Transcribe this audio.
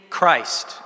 Christ